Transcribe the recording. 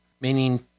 meaning